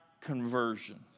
conversion